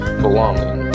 belonging